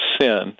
sin